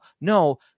No